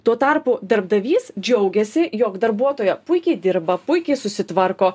tuo tarpu darbdavys džiaugiasi jog darbuotoja puikiai dirba puikiai susitvarko